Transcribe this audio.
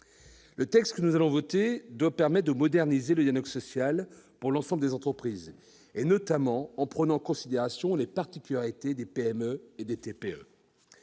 Le texte que nous allons voter doit permettre de moderniser le dialogue social dans l'ensemble des entreprises, notamment en prenant en considération les particularités des PME et des TPE.